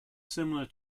similar